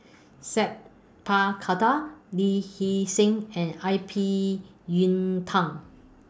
Sat Pal Khattar Lee Hee Seng and I P Yiu Tung